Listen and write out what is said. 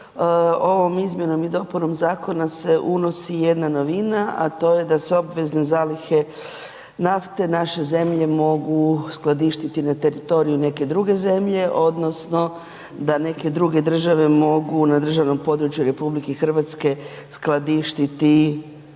Ovom izmjenom i dopunom zakona se unosi jedna novina a to je da se obvezne zalihe nafte nađe zemlje mogu skladištiti na teritoriju neke druge zemlje odnosno da neke druge države mogu na državnom području RH skladištiti svoje